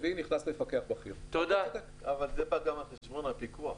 אבל זה בא על חשבון הפיקוח.